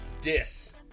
dis